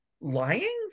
lying